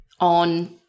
on